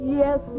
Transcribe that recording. yes